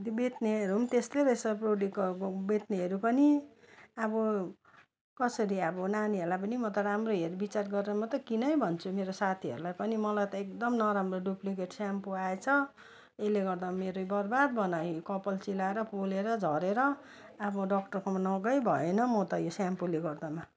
बेच्नेहरू त्यस्तै रहेछ प्रडक्ट अब बेच्नेहरू पनि अब कसरी अब नानीहरूलाई पनि म त राम्रो हेर बिचार गरेर मात्रै किन है भन्छु मेरो साथीहरूलाई पनि मलाई त एकदम नराम्रो डुप्लिकेट सेम्पो आएछ यसले गर्दा मेरो बर्बाद बनायो कपाल चिलाएर पोलेर झरेर अब डाक्टरकोमा नगै भएन म त यो सेम्पोले गर्दामा